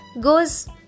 goes